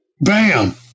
Bam